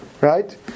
right